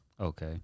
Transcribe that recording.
okay